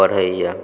पढ़ैए